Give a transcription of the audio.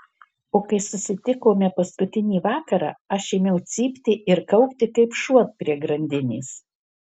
o kai susitikome paskutinį vakarą aš ėmiau cypti ir kaukti kaip šuo prie grandinės